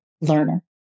learner